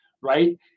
right